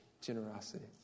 generosity